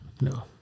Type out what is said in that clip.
No